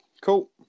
Cool